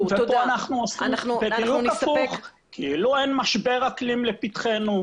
פה אנחנו עושים בדיוק הפוך כאילו אין משבר אקלים לפתחינו,